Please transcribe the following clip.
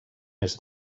més